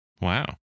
Wow